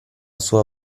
sua